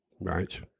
Right